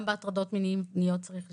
גם בהטרדות מיניות צריך לשחזר.